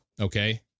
okay